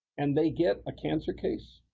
and they get a cancer case,